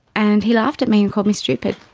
and he laughed at me and called me stupid.